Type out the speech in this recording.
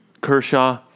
Kershaw